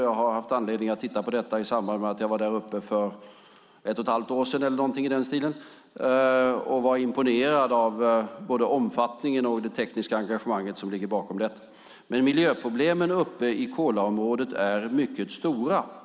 Jag har haft anledning att titta närmare på detta i samband med att jag var där uppe för ett och ett halvt år sedan eller någonting i den stilen och var imponerad av både omfattningen och det tekniska engagemang som ligger bakom detta. Miljöproblemen uppe i Kolaområdet är mycket stora.